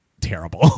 terrible